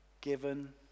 given